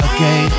Okay